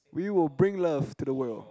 we will bring love to the world